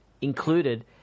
included